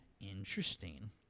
Interesting